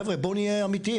חבר'ה, בואו נהיה אמיתיים.